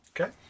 Okay